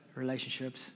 relationships